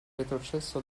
retrocesso